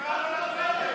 תקרא אותו לסדר,